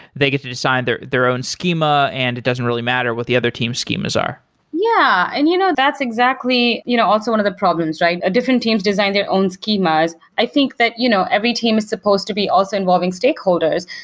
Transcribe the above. they get to design their their own scheme ah and it doesn't really matter what the other team schemas are yeah, and you know that's exactly you know also one of the problems. different teams design their own schemas. i think that you know every team is supposed to be also involving stakeholders,